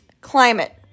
climate